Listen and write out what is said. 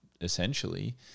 essentially